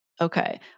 Okay